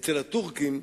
אצל הטורקים,